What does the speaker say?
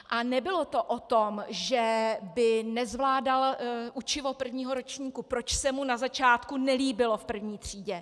A nebylo to o tom, že by nezvládal učivo prvního ročníku, proč se mu na začátku nelíbilo v první třídě.